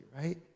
right